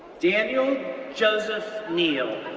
daniel joseph neal,